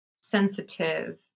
sensitive